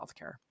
healthcare